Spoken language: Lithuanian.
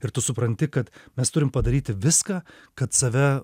ir tu supranti kad mes turime padaryti viską kad save